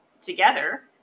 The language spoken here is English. together